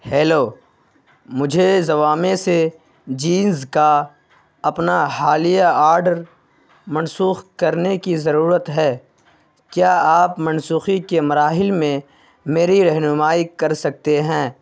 hello مجھے زوامے سے jeans کا اپنا حالیہ آرڈر منسوخ کرنے کی ضرورت ہے کیا آپ منسوخی کے مراحل میں میری رہنمائی کر سکتے ہیں